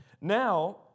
Now